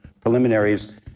preliminaries